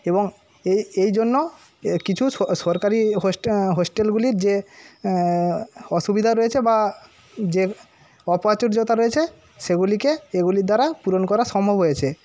এবং এই এই জন্য কিছু সর সরকারি হোস্টেল হোস্টেলগুলির যে অসুবিধা রয়েছে বা যে অপ্রাচুর্যতা রয়েছে সেগুলিকে এগুলির দ্বারা পুরণ করা সম্ভব হয়েছে